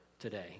today